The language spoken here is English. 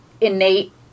innate